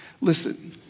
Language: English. Listen